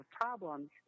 problems